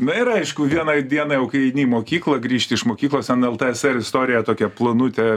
na ir aišku vienai dieną jau kai eini į mokyklą grįžti iš mokyklos ten ltsr istorija tokia plonutė